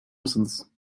mısınız